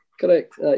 Correct